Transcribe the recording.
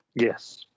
Yes